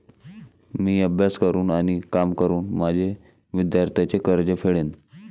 मी अभ्यास करून आणि काम करून माझे विद्यार्थ्यांचे कर्ज फेडेन